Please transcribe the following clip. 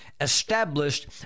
established